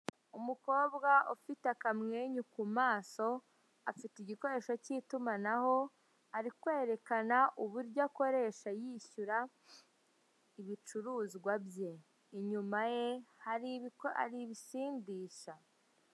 Umukobwa ufite akamwenyu ku maso, afite igikoresho cy'itumanaho, ari kwerekana uburyo akoresha yishyura ibicuruzwa bye. Inyuma ye hari ibisindisha.